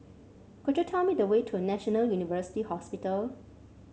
could you tell me the way to National University Hospital